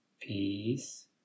Peace